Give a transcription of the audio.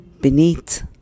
beneath